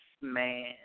man